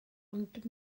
ond